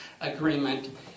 agreement